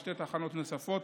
ושתי תחנות נוספות